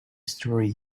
story